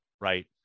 right